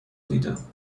دیدم